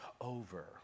over